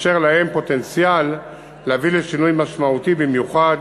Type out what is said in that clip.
אשר להם פוטנציאל להביא לשינוי משמעותי במיוחד